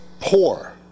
poor